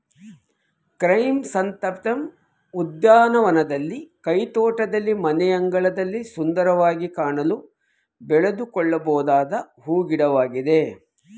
chrysanthemum ಉದ್ಯಾನವನದಲ್ಲಿ, ಕೈತೋಟದಲ್ಲಿ, ಮನೆಯಂಗಳದಲ್ಲಿ ಸುಂದರವಾಗಿ ಕಾಣಲು ಬೆಳೆದುಕೊಳ್ಳಬೊದಾದ ಹೂ ಗಿಡವಾಗಿದೆ